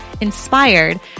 inspired